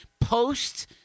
post